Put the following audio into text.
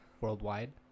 worldwide